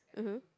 mmhmm